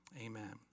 amen